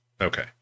Okay